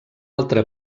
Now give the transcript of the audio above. altra